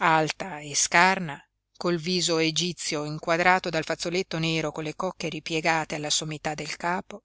alta e scarna col viso egizio inquadrato dal fazzoletto nero con le cocche ripiegate alla sommità del capo